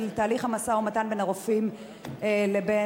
של תהליך המשא-ומתן בין הרופאים לאוצר,